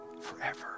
forever